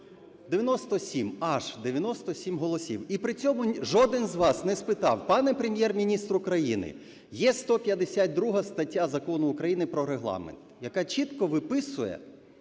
97 – аж 97 голосів, і при цьому жоден з вас не спитав: "Пане Прем’єр-міністр України, є 152 стаття Закону України про Регламент, яка чітко виписує